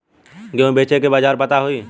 गेहूँ बेचे के बाजार पता होई?